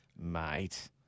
Mate